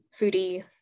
foodie